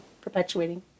perpetuating